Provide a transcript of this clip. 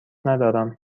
ندارم